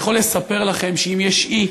אני יכול לספר לכם שאם יש אי